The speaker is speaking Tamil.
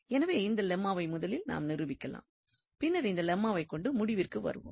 எனவே இந்த லெம்மாவை முதலில் நாம் நிரூபிக்கலாம் பின்னர் இந்த லெம்மாவைக் கொண்டு முடிவிற்கு வருவோம்